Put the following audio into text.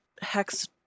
Hex